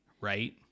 right